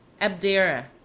Abdera